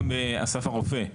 גם באסף הרופא,